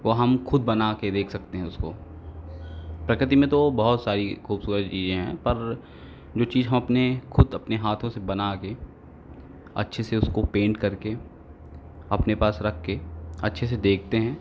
को हम खुद बना कर बेच सकते हैं उसको प्रकति में तो बहुत सारी खूबसूरत चीज़ें हैं पर जो चीज़ हम अपने खुद अपने हाथों से बना दें अच्छे से उसको पेंट करके अपने पास रख कर अच्छे से देखते हैं